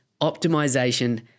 optimization